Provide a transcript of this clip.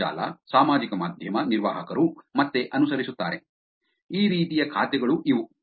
ಅಂತರ್ಜಾಲ ಸಾಮಾಜಿಕ ಮಾಧ್ಯಮ ನಿರ್ವಾಹಕರು ಮತ್ತೆ ಅನುಸರಿಸುತ್ತಾರೆ ಈ ರೀತಿಯ ಖಾತೆಗಳು ಇವುಗಳು